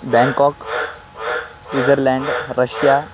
Bangkok Switzerland Russia